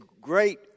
great